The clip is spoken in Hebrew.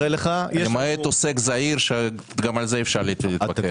למעט עוסק זעיר שגם על זה אפשר להתווכח.